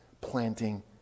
planting